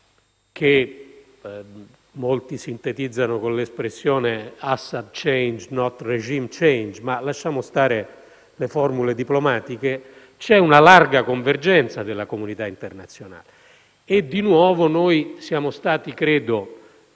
- molti la sintetizzano con l'espressione «*Assad change, not regime change»*, ma lasciamo stare le formule diplomatiche - c'è una larga convergenza della comunità internazionale. Credo che di nuovo siamo stati